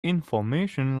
information